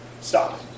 Stop